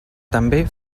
també